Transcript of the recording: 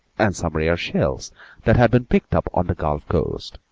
and some rare shells that had been picked up on the gulf coast.